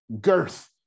girth